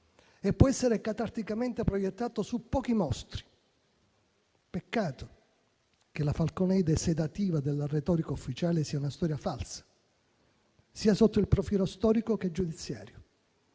e può essere catarticamente proiettato su pochi mostri. Peccato che la falconeide sedativa della retorica ufficiale sia una storia falsa, sia sotto il profilo storico, che giudiziario.